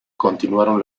continuaron